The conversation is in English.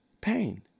pain